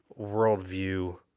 worldview